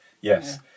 Yes